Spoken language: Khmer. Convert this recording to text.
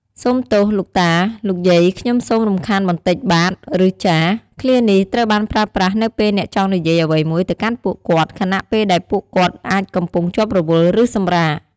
សូមទោសលោកតា/លោកយាយ ខ្ញុំសូមរំខានបន្តិចបាទ ឬ ចាស ឃ្លានេះត្រូវបានប្រើប្រាស់នៅពេលអ្នកចង់និយាយអ្វីមួយទៅកាន់ពួកគាត់ ខណៈពេលដែលពួកគាត់អាចកំពុងជាប់រវល់ ឬសម្រាក។